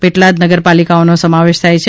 પેટલાદ નગરપાલિકાઓનો સમાવેશ થાય છે